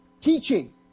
teaching